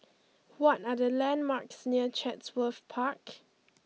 what are the landmarks near Chatsworth Park